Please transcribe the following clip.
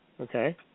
Okay